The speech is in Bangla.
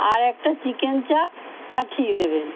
আর একটা চিকেন চাপ পাঠিয়ে দেবেন